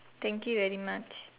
thank you very much